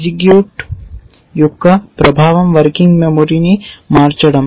execute యొక్క ప్రభావం working మెమరీని మార్చడం